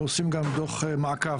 אנחנו עושים גם דוח מעקב,